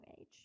age